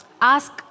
ask